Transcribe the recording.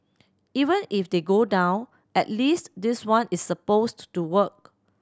even if they go down at least this one is supposed to work